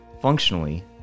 Functionally